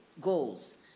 goals